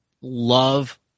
love